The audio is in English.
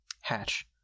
hatch